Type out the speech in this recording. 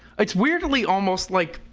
its weirdly almost like